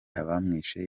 abamwishe